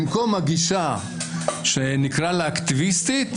במקום הגישה שנקרא לה "אקטיביסטית",